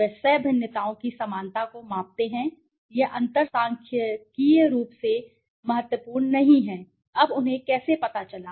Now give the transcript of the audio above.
वे सह भिन्नताओं की समानता को मापते हैं यह अंतर सांख्यिकीय रूप से महत्वपूर्ण नहीं है अब उन्हें कैसे पता चला